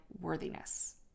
worthiness